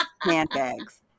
handbags